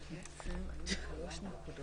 הוא ביקש,